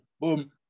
boom